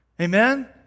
Amen